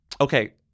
Okay